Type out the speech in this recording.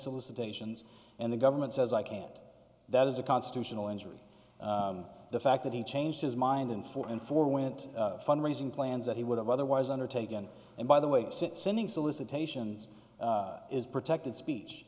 solicitations and the government says i can't that is a constitutional injury the fact that he changed his mind and foreign forwent fund raising plans that he would have otherwise undertaken and by the way six sending solicitations is protected speech